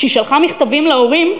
כששלחה מכתבים להורים,